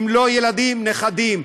ואם לא ילדים, נכדים.